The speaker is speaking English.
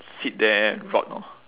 sit there and rot orh